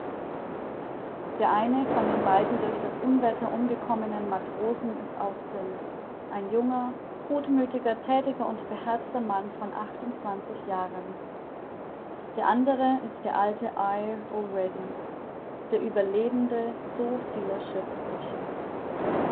der eine von den beiden durch das unwetter umgekommenen matrosen ist austin ein junger gutmüthiger thätiger und beherzter mann von achtundzwanzig jahren der andere ist der alte ire o'ready der ueberlebende so vieler